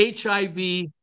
HIV